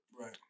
right